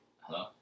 hello